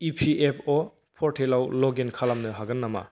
EPFO पर्टेलाव लग इन खालामनो हागोन नामा